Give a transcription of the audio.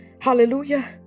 Hallelujah